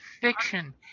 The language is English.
fiction